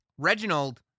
Reginald